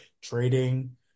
trading